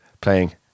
playing